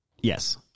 Yes